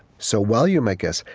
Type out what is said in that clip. so while you're my guest,